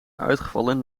uitgevallen